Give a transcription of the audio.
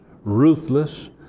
ruthless